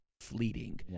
fleeting